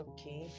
Okay